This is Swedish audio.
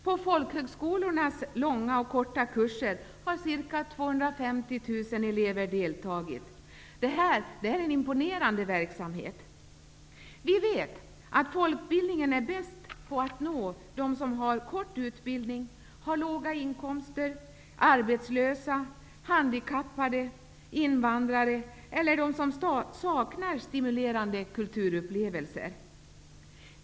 På folkhögskolornas långa och korta kurser har ca 250 000 elever deltagit. Detta är en imponerande verksamhet. Vi vet att i folkbildningen är man bäst på att nå dem som har kort utbildning och låga inkomster, dem som är arbetslösa, handikappade, invandrare och dem som saknar stimulerande kulturupplevelser.